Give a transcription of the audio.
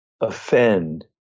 offend